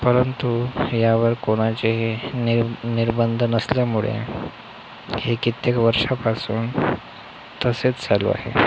परंतु यावर कोणाचे नि निर्बंध नसल्यामुळे हे कित्येक वर्षापासून तसेच चालू आहे